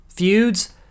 feuds